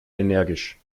energisch